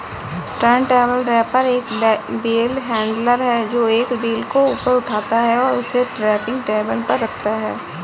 turntable wrapper एक bale handler है, जो एक बेल को ऊपर उठाता है और उसे रैपिंग टेबल पर रखता है